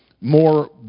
more